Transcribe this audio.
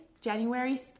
January